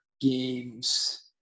games